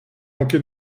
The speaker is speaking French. manqué